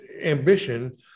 ambition